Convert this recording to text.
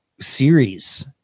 series